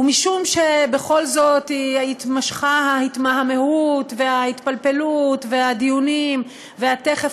ומשום שבכל זאת התמשכו ההתמהמהות וההתפלפלות והדיונים ותכף,